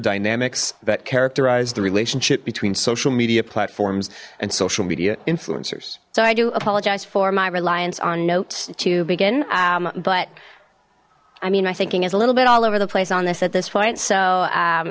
dynamics that characterize the relationship between social media platforms and social media influencers so i do apologize for my reliance on notes to begin but i mean my thinking is a little bit all over the place on this at this point so